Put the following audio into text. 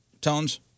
Tones